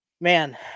Man